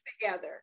together